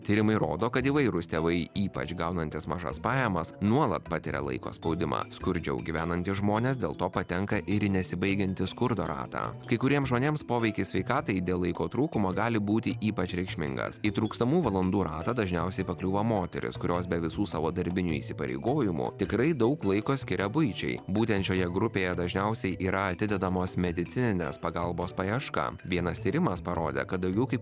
tyrimai rodo kad įvairūs tėvai ypač gaunantys mažas pajamas nuolat patiria laiko spaudimą skurdžiau gyvenantys žmonės dėl to patenka ir į nesibaigiantį skurdo ratą kai kuriems žmonėms poveikis sveikatai dėl laiko trūkumo gali būti ypač reikšmingas į trūkstamų valandų ratą dažniausiai pakliūva moterys kurios be visų savo darbinių įsipareigojimų tikrai daug laiko skiria buičiai būtent šioje grupėje dažniausiai yra atidedamos medicininės pagalbos paieška vienas tyrimas parodė kad daugiau kaip